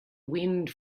wind